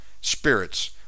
spirits